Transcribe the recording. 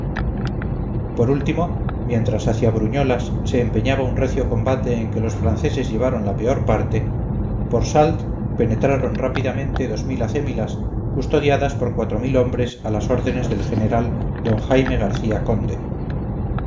por último mientras hacia bruñolas se empeñaba un recio combate en que los franceses llevaron la peor parte por salt penetraron rápidamente dos mil acémilas custodiadas por cuatro mil hombres a las órdenes del general don jaime garcía conde